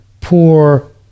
poor